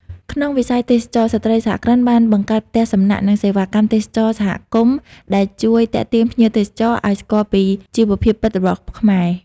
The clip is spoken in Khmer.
ក្នុងវិស័យទេសចរណ៍ ស្ត្រីសហគ្រិនបានបង្កើតផ្ទះសំណាក់ និងសេវាកម្មទេសចរណ៍សហគមន៍ ដែលជួយទាក់ទាញភ្ញៀវទេសចរឱ្យស្គាល់ពីជីវភាពពិតរបស់ខ្មែរ។